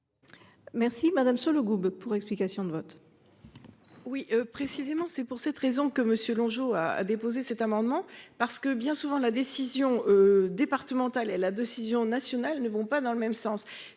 Mme Nadia Sollogoub, pour explication de vote. C’est précisément pour cette raison que M. Longeot a déposé cet amendement : bien souvent, la décision départementale et la décision nationale ne vont pas dans le même sens.